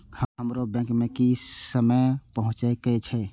हमरो बैंक में की समय पहुँचे के छै?